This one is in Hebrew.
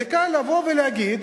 זה קל לבוא ולהגיד,